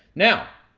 now,